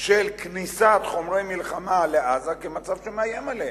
של כניסת חומרי מלחמה לעזה כמצב שמאיים עליהם,